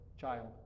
child